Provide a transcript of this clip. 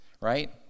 right